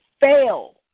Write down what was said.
fail